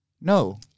No